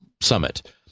summit